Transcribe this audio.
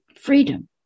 Freedom